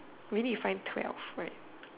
we need to find twelve right